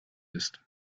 ist